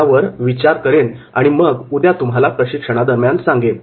त्यावर विचार करेन आणि मग उद्या तुम्हाला प्रशिक्षणादरम्यान सांगेन